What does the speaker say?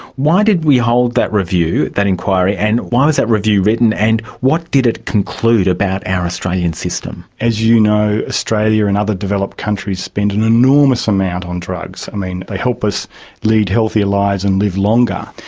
why did we hold that review, that inquiry, and why was that review written and what did it conclude about our australian system? as you know, australia and other developed countries spend an enormous amount on drugs. they help us lead healthier lives and live longer,